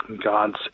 God's